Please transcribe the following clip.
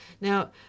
Now